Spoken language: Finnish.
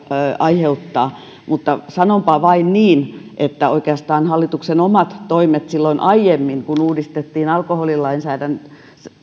aiheuttaa mutta sanonpa vain niin että oikeastaan hallituksen omat toimet silloin aiemmin kun uudistettiin alkoholilainsäädäntöä